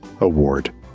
award